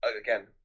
again